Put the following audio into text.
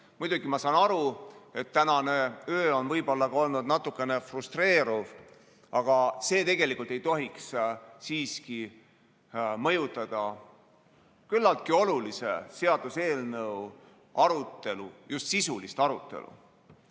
Muidugi, ma saan aru, et tänane öö on võib-olla olnud natukene frustreeriv, aga see ei tohiks siiski mõjutada küllaltki olulise seaduseelnõu arutelu – just sisulist arutelu.